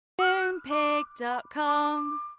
Moonpig.com